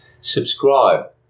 Subscribe